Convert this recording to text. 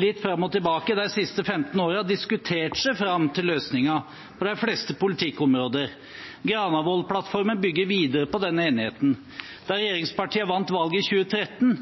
litt fram og tilbake de siste 15 årene diskutert seg fram til løsninger på de fleste politikkområder. Granavolden-plattformen bygger videre på denne enigheten. Da regjeringspartiene vant valget i 2013,